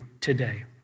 today